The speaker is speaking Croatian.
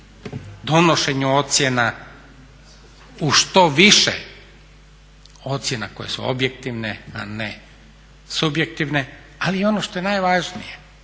donošenju ocjena u što više ocjena koje su objektivne, a ne subjektivne. Ali ono što je najvažnije,